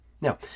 Now